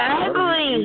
ugly